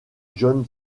john